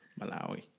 Malawi